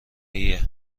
ایه